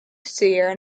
sierra